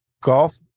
golf